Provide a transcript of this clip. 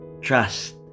trust